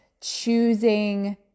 choosing